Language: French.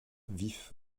vif